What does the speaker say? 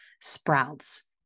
sprouts